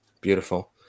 beautiful